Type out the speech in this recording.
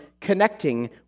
connecting